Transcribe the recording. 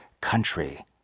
country